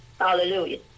Hallelujah